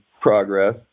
progress